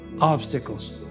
obstacles